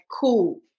cool